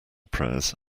prayers